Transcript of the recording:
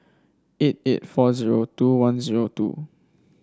eight eight four zero two one zero two